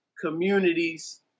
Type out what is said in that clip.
communities